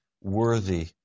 worthy